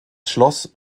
schloss